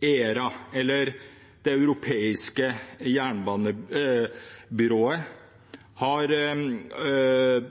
ERA, Det europeiske jernbanebyrået, har et